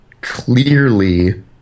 clearly